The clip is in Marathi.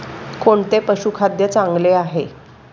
कोणते पशुखाद्य चांगले आहे?